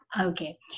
Okay